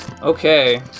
okay